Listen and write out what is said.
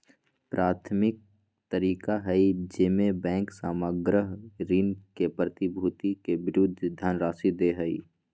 प्राथमिक तरीका हइ जेमे बैंक सामग्र ऋण के प्रतिभूति के विरुद्ध धनराशि दे हइ